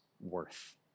worth